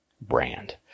brand